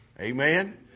Amen